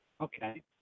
Okay